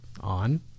On